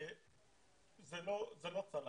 זה לא צלח.